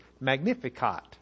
Magnificat